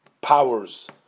powers